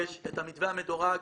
יש את המתווה המדורג,